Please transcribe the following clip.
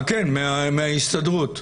כן, מההסתדרות.